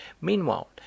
Meanwhile